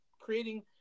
Creating